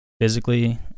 physically